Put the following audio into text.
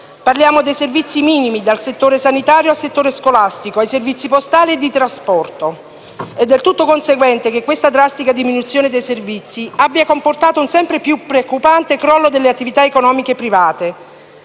Parliamo dei servizi minimi, dal settore sanitario al settore scolastico, ai servizi postali e di trasporto. È del tutto conseguente che questa drastica diminuzione dei servizi abbia comportato un sempre più preoccupante crollo delle attività economiche private.